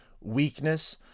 weakness